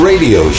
Radio